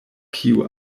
kiu